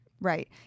Right